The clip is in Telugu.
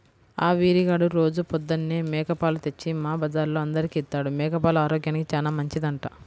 ఆ వీరిగాడు రోజూ పొద్దన్నే మేక పాలు తెచ్చి మా బజార్లో అందరికీ ఇత్తాడు, మేక పాలు ఆరోగ్యానికి చానా మంచిదంట